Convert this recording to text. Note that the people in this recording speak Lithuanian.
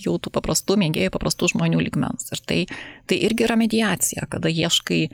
jau tų paprastų mėgėjų paprastų žmonių lygmens ir tai tai irgi yra mediacija kada ieškai